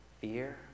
fear